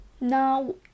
Now